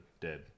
Dead